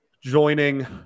joining